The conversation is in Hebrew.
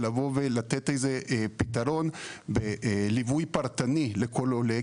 זה לתת פתרון בליווי פרטני לכל עולה,